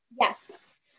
yes